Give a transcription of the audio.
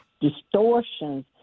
distortions